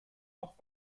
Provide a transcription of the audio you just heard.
auch